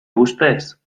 ustez